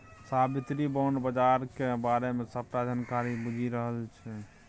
साबित्री bond बजारक बारे मे सबटा जानकारी बुझि रहल छै